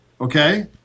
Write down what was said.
okay